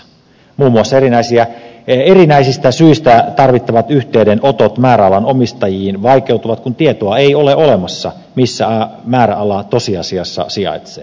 muun muassa erinäisistä syistä tarvittavat yhteydenotot määräalan omistajiin vaikeutuvat kun ei ole olemassa tietoa missä määräalaa tosiasiassa sijaitsee